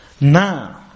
now